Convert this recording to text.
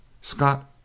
Scott